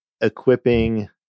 equipping